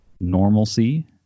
normalcy